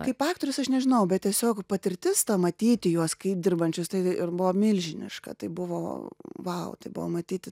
kaip aktorius aš nežinau bet tiesiog patirtis ta matyti juos kaip dirbančius tai ir buvo milžiniška tai buvo vau tai buvo matyti